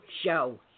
show